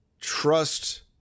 Trust